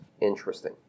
interesting